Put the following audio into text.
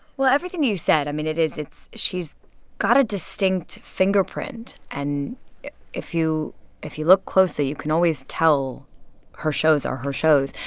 well, everything you said. i mean, it is it's she's got a distinct fingerprint. and if you if you look closely, you can always tell her shows are her shows.